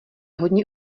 hodně